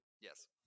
Yes